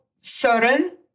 certain